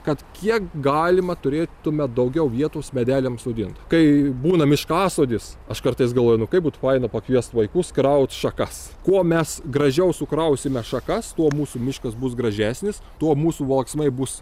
kad kiek galima turėtume daugiau vietos medeliam sodint kai būna miškasodis aš kartais galvoju nu kaip būtų faina pakviest vaikus kraut šakas kuo mes gražiau sukrausime šakas tuo mūsų miškas bus gražesnis tuo mūsų valksmai bus